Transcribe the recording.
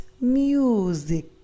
music